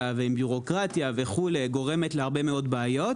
ועם בירוקרטיה וכו' גורמת להרבה מאוד בעיות,